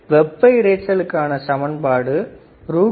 வெப்ப இரைச்சலுக்கான சமன்பாடு Vn 4kTBR மதிப்புகளை பிரதியிட Vn 41